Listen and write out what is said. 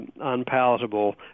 unpalatable